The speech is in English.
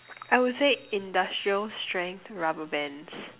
I would say industrial strength rubber bands